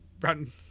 run